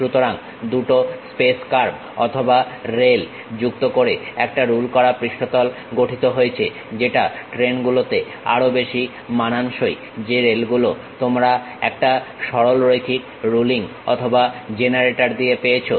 সুতরাং দুটো space curve অথবা রেল যুক্ত করে একটা রুল করা পৃষ্ঠতল গঠিত হয়েছে যেটা ট্রেন গুলোতে আরো বেশি মানানসই যে রেলগুলো তোমরা একটা সরলরেখা রুলিং অথবা জেনারেটর দিয়ে পেয়েছো